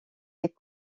est